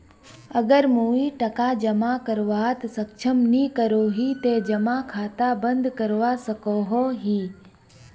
अगर मुई टका जमा करवात सक्षम नी करोही ते जमा खाता बंद करवा सकोहो ही?